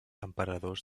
emperadors